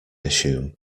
assume